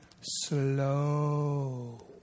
slow